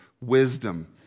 wisdom